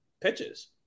pitches